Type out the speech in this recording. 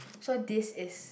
so this is